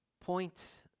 point